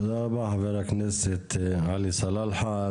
תודה רבה חבר הכנסת עלי סלאלחה.